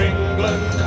England